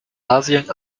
asien